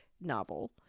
novel